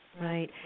Right